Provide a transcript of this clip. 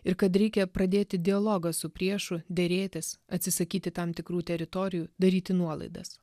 ir kad reikia pradėti dialogą su priešu derėtis atsisakyti tam tikrų teritorijų daryti nuolaidas